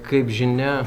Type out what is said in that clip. kaip žinia